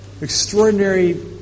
extraordinary